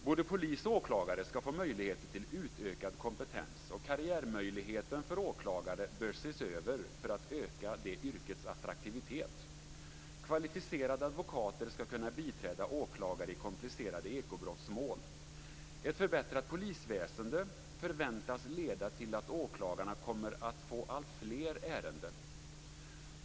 Både polis och åklagare skall få möjlighet till utökad kompetens, och karriärmöjligheten för åklagare bör ses över för att öka yrkets attraktivitet. Kvalificerade advokater skall kunna biträda åklagare i komplicerade ekobrottsmål. Ett förbättrat polisväsende förväntas leda till att åklagarna kommer att få alltfler ärenden.